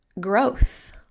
growth